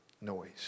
Noise